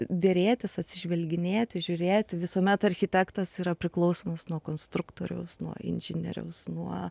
derėtis atsižvelginėti žiūrėti visuomet architektas yra priklausomas nuo konstruktoriaus nuo inžinieriaus nuo